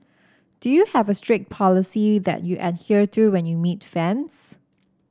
do you have a strict policy that you adhere to when you meet fans